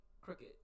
crooked